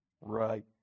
Right